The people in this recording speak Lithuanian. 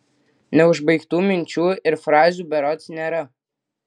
neužbaigtų minčių ir frazių berods nėra